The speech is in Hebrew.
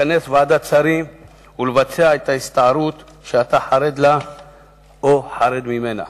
לכנס ועדת שרים ולבצע את ההסתערות שאתה חרד לה או חרד ממנה,